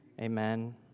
Amen